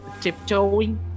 tiptoeing